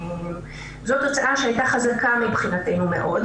זו תוצאה שהייתה חזקה מבחינתנו מאוד.